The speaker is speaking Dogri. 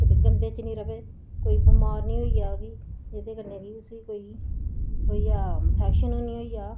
कुतै गंदे च नी रवे कोई बमार नी होई जा उसी जेह्दे कन्नै उसी कोई इन्फैक्शन गै नी होई जा